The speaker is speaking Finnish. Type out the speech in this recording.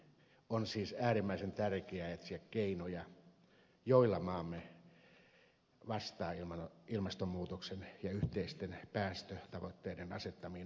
on siis äärimmäisen tärkeää etsiä keinoja joilla maamme vastaa ilmastonmuutoksen ja yhteisten päästötavoitteiden asettamiin haasteisiin